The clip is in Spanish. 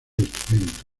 instrumento